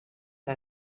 que